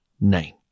name